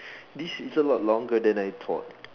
this is a lot longer than I thought